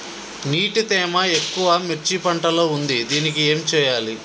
నీటి తేమ ఎక్కువ మిర్చి పంట లో ఉంది దీనికి ఏం చేయాలి?